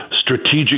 strategic